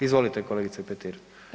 Izvolite kolegice Petir.